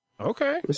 Okay